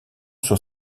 sur